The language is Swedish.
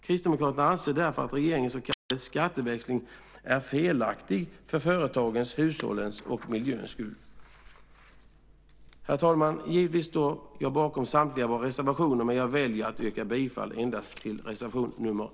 Kristdemokraterna anser därför att regeringens så kallade skatteväxling är felaktig för företagens, hushållens och miljöns skull. Herr talman! Givetvis står jag bakom samtliga våra reservationer, men jag väljer att yrka bifall endast till reservation nr 3.